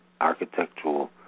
architectural